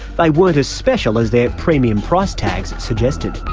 they weren't as special as their premium price tags suggested.